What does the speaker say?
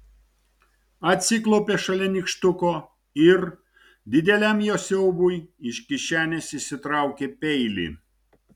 atsiklaupė šalia nykštuko ir dideliam jo siaubui iš kišenės išsitraukė peilį